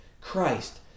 Christ